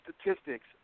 statistics